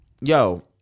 yo